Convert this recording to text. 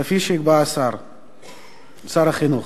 כפי שיקבע שר החינוך.